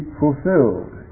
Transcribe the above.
fulfilled